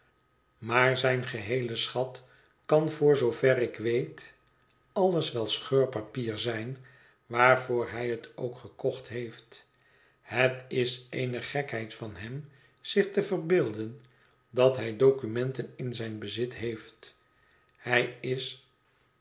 maar zijn geheele schat kan voor zoover ik weet alles wel scheurpapier zijn waarvoor hij het ook gekocht heeft het is eene gekheid van hem zich te verbeelden dat hij documenten in zijn bezit heeft hij is